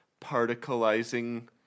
particleizing